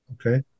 okay